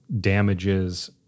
damages